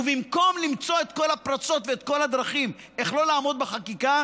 ובמקום למצוא את כל הפרצות ואת כל הדרכים איך לא לעמוד בחקיקה,